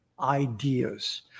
ideas